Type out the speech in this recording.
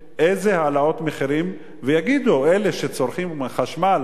איזה העלאות מחירים, ויגידו אלה שצורכים חשמל: